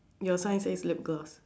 your sign says lip gloss